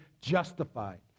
justified